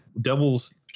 devil's